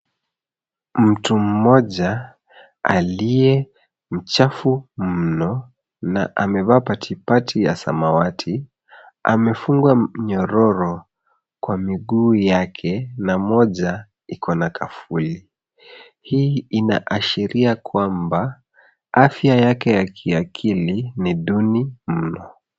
Mtu mmoja aliye mchafu mno na amevaa patipati ya samawati; amefungwa nyororo kwa miguu yake na moja iko na kufuli. Hii inaashiria kwamba afya yake ya kiakili ni duni mno.